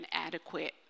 inadequate